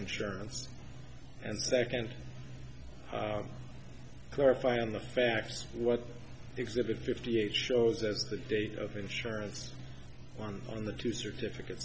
insurance and second clarify on the facts what exhibit fifty eight shows as the date of insurance on the two certificates